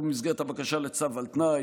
היא לא נטענה במסגרת הבקשה לצו על תנאי,